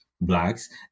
blacks